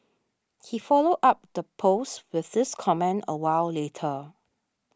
he followed up the post with this comment a while later